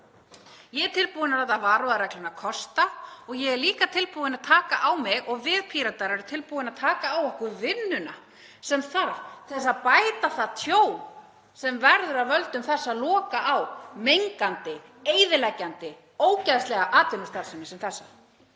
Ég er tilbúin að láta varúðarregluna kosta og ég er líka tilbúin og við Píratar erum tilbúin til að taka á okkur vinnuna sem þarf til að bæta það tjón sem verður af völdum þess að loka á mengandi, eyðileggjandi, ógeðslega atvinnustarfsemi sem þessa.